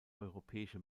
europäische